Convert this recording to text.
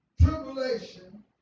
tribulation